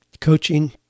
coaching